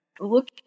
Look